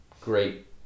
great